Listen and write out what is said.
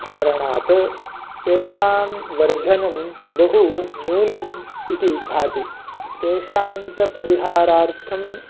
कारणात् तेषां वर्धनं बहु न्यून्यम् इति भाति तेषाञ्च परिहारार्थं